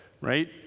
right